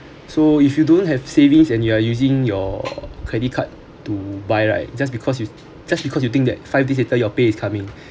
so if you don't have savings and you are using your credit card to buy right just because you just because you think that five days later your pay is coming